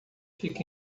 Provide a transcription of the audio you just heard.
fica